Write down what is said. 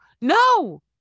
no